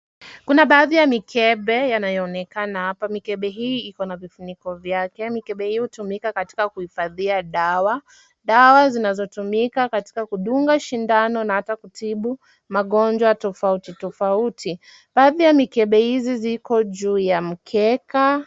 Kuna baadhi ya mikebe yanayoonekana hapa, mikebe hii iko na vifuniko vyake, mikebe hii hutumika katika kuhifadhia dawa, dawa zinazotumika katika kudunga shindano na hata kutibu magonjwa tofauti tofauti. Baadhi ya mikebe hizi ziko juu ya mkeka.